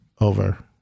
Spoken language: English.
over